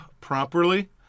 properly